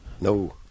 No